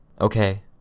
Okay